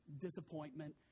disappointment